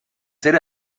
ser